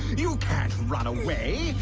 you can't run away,